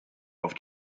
auf